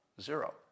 Zero